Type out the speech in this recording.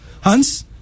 Hans